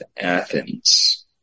Athens